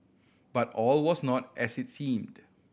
but all was not as it seemed